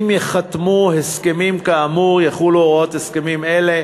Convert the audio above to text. אם ייחתמו הסכמים כאמור, יחולו הוראות הסכמים אלה